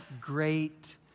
great